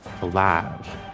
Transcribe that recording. alive